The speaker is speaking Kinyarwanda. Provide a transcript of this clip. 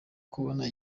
kubona